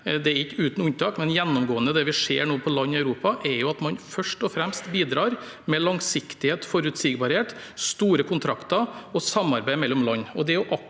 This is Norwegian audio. er ikke uten unntak, men gjennomgående – som vi nå ser i land i Europa, er at man først og fremst bidrar med langsiktighet, forutsigbarhet, store kontrakter og samarbeid mellom land.